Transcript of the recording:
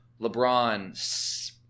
LeBron